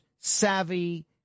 savvy